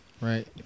Right